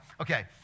Okay